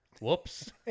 whoops